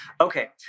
Okay